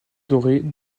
dorée